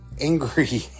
angry